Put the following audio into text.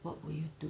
what would you do